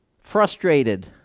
frustrated